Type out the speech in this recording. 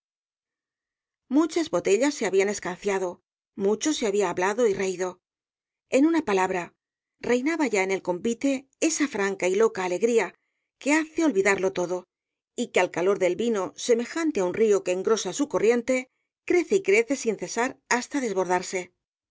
muchas botellas se habían escanciado mucho se había hablado y reído en una palabra reinaba ya en el convite esa franca y loca alegría que hace olvidarlo todo y que al calor del vino semejante á un río que engrosa su corriente crece y crece sin cesar hasta desbordarse